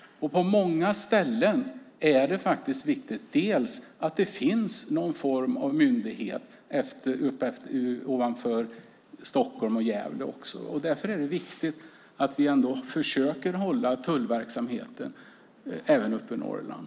På många ställen är det faktiskt viktigt att det finns någon form av myndighet norr om Stockholm och Gävle, och därför är det viktigt att vi försöker upprätthålla tullverksamheten även i Norrland.